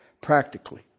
practically